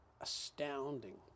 astounding